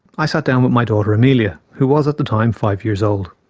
i sat down with my daughter emelia, who was, at the time, five years old.